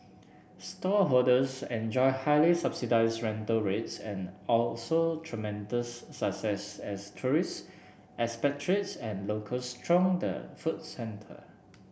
stallholders enjoyed highly subsidized rental rates and tremendous success as tourists expatriates and locals thronged the food center